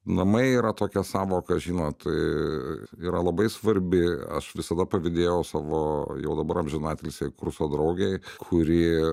namai yra tokia sąvoka žinot yra labai svarbi aš visada pavydėjau savo jau dabar amžinatilsį kurso draugei kuri